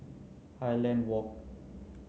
Highland Walk